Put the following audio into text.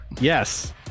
Yes